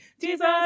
Jesus